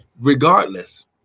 regardless